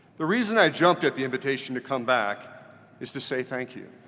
the reason i jumped at the invitation to come back is to say thank you.